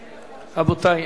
רבותי,